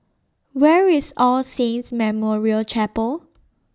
Where IS All Saints Memorial Chapel